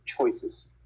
choices